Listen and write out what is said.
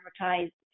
advertised